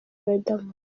riderman